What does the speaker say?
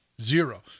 Zero